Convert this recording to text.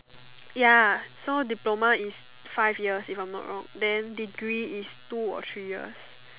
ya so diploma is five years if I'm not wrong then degree is two or three years